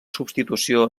substitució